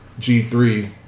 G3